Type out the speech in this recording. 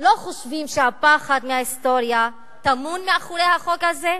לא חושבים שהפחד מההיסטוריה טמון מאחורי החוק הזה.